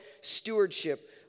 stewardship